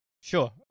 Sure